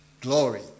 glory